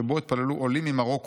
שבו התפללו עולים ממרוקו.